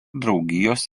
draugijos